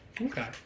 okay